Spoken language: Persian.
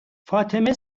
فاطمه